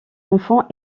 enfant